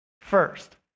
first